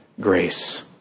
grace